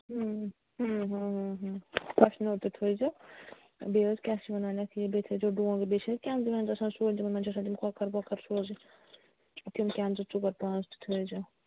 تاشٕنٲر تہِ تھٲیِزیو بیٚیہِ حظ کیٛاہ چھِ وَنان یَتھ یہِ بیٚیہِ تھٲیِزیو ڈۄنٛگہٕ بیٚیہِ چھِنہٕ کٮ۪نزٕ وٮ۪نزٕ آسان سۄے تِمَن منٛز چھِ آسان تِم ہوکھر پوکھر سوزٕنۍ تِم کٮ۪نزٕ ژور پانٛژھ تہِ تھٲیِزیو